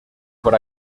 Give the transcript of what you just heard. por